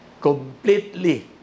Completely